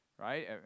right